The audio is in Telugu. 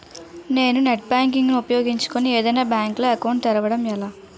నేను నెట్ బ్యాంకింగ్ ను ఉపయోగించుకుని ఏదైనా బ్యాంక్ లో అకౌంట్ తెరవడం ఎలా?